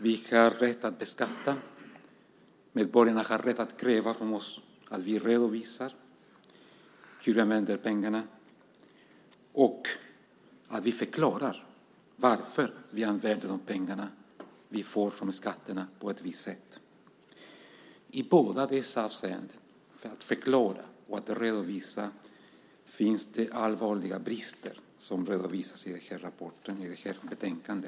Vi har rätt att beskatta medborgarna, och de har rätt att kräva av oss att vi redovisar hur vi använder pengarna och att vi förklarar varför vi använder skattepengarna på ett visst sätt. I båda dessa avseenden, när det gäller att förklara och redovisa, finns det allvarliga brister som redovisas i detta betänkande.